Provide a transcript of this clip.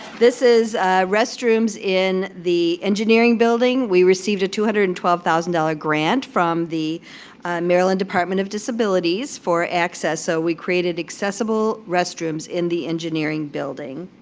this is restrooms in the engineering building. we received a two hundred and twelve thousand dollars ah ah grant from the maryland department of disabilities for access, so we created accessible restrooms in the engineering building.